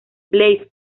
blaze